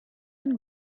and